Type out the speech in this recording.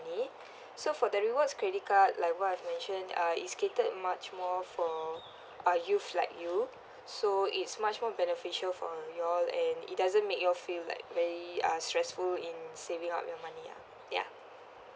~ney so for the rewards credit card like what I've mentioned uh is catered much more for uh youth like you so it's much more beneficial for you all and it doesn't make you all feel like very uh stressful in saving up your money ah ya